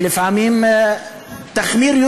ולפעמים תחמיר.